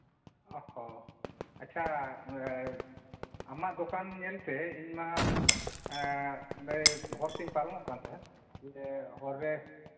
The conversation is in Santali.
ᱚᱦᱚᱸ ᱟᱪᱷᱟ ᱟᱢᱟᱜ ᱫᱚᱠᱟᱱ ᱧᱮᱞᱛᱮ ᱤᱧᱢᱟ ᱚᱸᱰᱮ ᱦᱚᱨ ᱛᱤᱧ ᱯᱟᱨᱚᱢᱚᱜ ᱠᱟᱱ ᱛᱮᱦᱮᱱ ᱦᱚᱨ ᱨᱮ